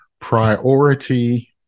Priority